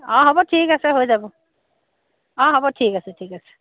অঁ হ'ব ঠিক আছে হৈ যাব অঁ হ'ব ঠিক আছে ঠিক আছে